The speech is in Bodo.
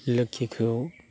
लोक्षिखौ